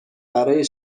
برای